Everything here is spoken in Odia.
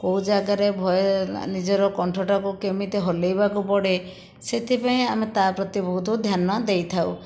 କେଉଁ ଜାଗାରେ ଭଏ ନିଜର କଣ୍ଠଟାକୁ କେମିତି ହଲାଇବାକୁ ପଡ଼େ ସେଥିପାଇଁ ଆମେ ତା ପ୍ରତି ବହୁତ ଧ୍ୟାନ ଦେଇଥାଉ